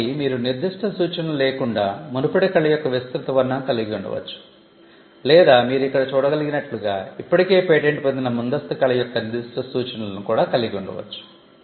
కాబట్టి మీరు నిర్దిష్ట సూచనలు లేకుండా మునుపటి కళ యొక్క విస్తృత వర్ణనను కలిగి ఉండవచ్చు లేదా మీరు ఇక్కడ చూడగలిగినట్లుగా ఇప్పటికే పేటెంట్ పొందిన ముందస్తు కళ యొక్క నిర్దిష్ట సూచనలను కూడా కలిగి ఉండవచ్చు